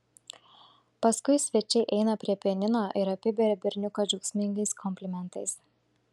paskui svečiai eina prie pianino ir apiberia berniuką džiaugsmingais komplimentais